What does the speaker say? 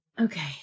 Okay